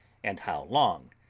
and how long,